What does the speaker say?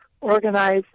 organize